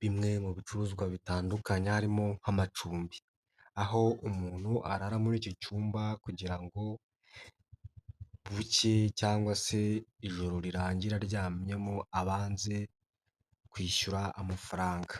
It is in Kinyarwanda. bimwe mu bicuruzwa bitandukanye harimo nk'amacumbi, aho umuntu arara muri icyo cyumba kugira ngo bucye cyangwa se ijoro rirangira aryamyemo abanze kwishyura amafaranga.